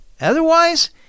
Otherwise